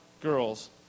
girls